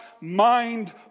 mind